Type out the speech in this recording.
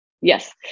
Yes